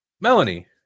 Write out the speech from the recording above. Melanie